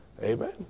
Amen